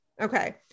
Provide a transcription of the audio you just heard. okay